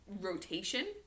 rotation